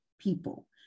people